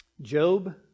Job